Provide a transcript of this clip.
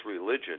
religion